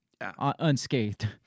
unscathed